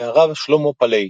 והרב שלמה פלאי.